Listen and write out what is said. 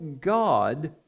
God